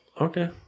Okay